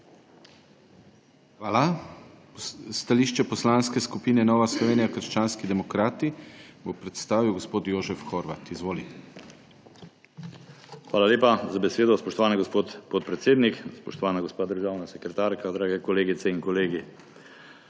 Hvala. Stališče Poslanske skupine Nova Slovenija − krščanski demokrati bo predstavil gospod Jožef Horvat. Izvolite. JOŽEF HORVAT (PS NSi): Hvala lepa za besedo. Spoštovani gospod podpredsednik, spoštovana gospa državna sekretarka, drage kolegice in kolegi!